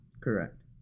Correct